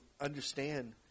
understand